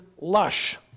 lush